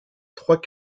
trois